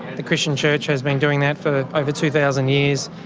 the christian church has been doing that for over two thousand years,